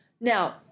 Now